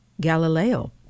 Galileo